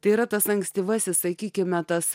tai yra tas ankstyvasis sakykime metas